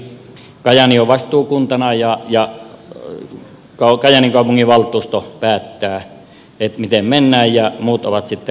kajaani on vastuukuntana ja kajaanin kaupunginvaltuusto päättää miten mennään ja muut ovat sitten rahoittamassa